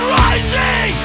rising